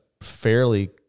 fairly